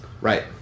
right